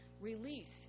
release